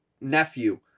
nephew